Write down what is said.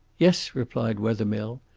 yes, replied wethermill,